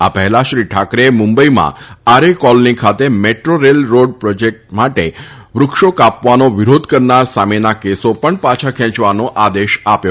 આ પહેલા શ્રી ઠાકરેએ મુંબઇમાં આરે કોલોની ખાતે મેદ્રોરેલ રોડ પ્રોજેકટ માટે વુક્ષો કાપવાનો વિરોધ કરનાર સામેના કેસો પણ પાછા ખેંચવાનો આદેશ આપ્યો